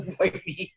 Whitey